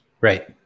Right